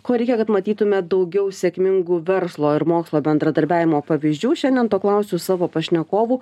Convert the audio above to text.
ko reikia kad matytume daugiau sėkmingų verslo ir mokslo bendradarbiavimo pavyzdžių šiandien to klausiu savo pašnekovų